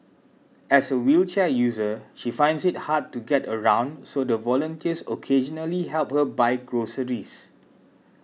as a wheelchair user she finds it hard to get around so the volunteers occasionally help her buy groceries